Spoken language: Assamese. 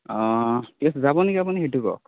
অঁ ঠিক আছে যাব নি আপুনি সেইটো কওক